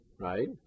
right